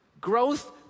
Growth